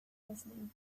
listening